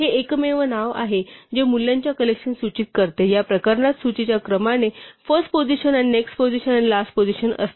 हे एकमेव नाव आहे जे मूल्यांच्या कलेक्शन सूचित करते या प्रकरणात सूचीच्या क्रमाने फर्स्ट पोजिशन आणि नेक्स्ट पोजिशन आणि लास्ट पोजिशन असते